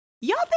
Y'all